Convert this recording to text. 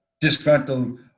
disgruntled